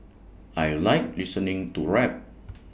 I Like listening to rap